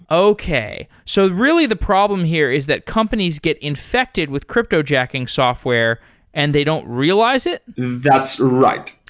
okay. so really the problem here is that companies get infected with cryptojacking software and they don't realize it? that's right.